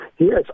Yes